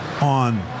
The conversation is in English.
on